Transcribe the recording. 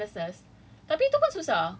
engage in home-based businesses